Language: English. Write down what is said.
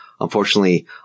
unfortunately